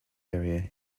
area